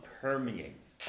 permeates